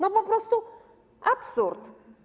To po prostu absurd.